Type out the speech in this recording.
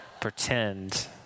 pretend